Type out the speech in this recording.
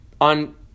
on